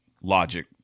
logic